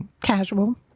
Casual